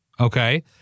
Okay